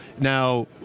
Now